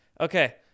Okay